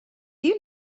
you